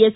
S